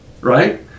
Right